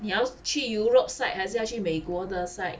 你要去 Europe side 还是要去美国的 side